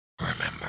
Remember